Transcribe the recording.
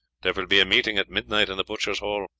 there will be a meeting at midnight in the butchers' hall,